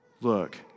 Look